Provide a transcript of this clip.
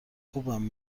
خوبم